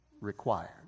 required